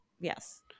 Yes